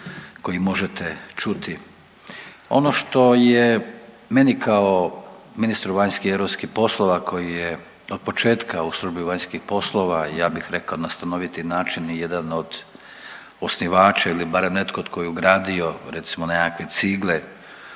koji možete čuti. Ono što je meni kao ministru vanjskih i europskih poslova koji je od početka u službi vanjskih poslova ja bih rekao na stanoviti način i jedan od osnivača ili barem netko tko je ugradio recimo nekakve cigle